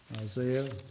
Isaiah